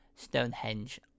Stonehenge